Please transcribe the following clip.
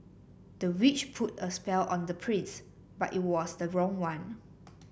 the witch put a spell on the prince but it was the wrong one